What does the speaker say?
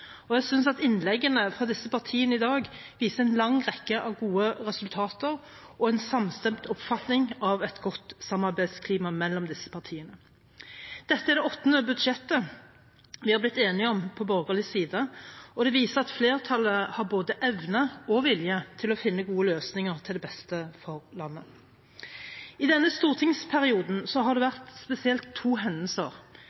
og Venstre virker. Jeg synes at innleggene fra disse partiene i dag viser en lang rekke av gode resultater og en samstemt oppfatning av et godt samarbeidsklima mellom disse partiene. Dette er det åttende budsjettet vi har blitt enige om på borgerlig side, og det viser at flertallet har både evne og vilje til å finne gode løsninger til det beste for landet. I denne stortingsperioden har det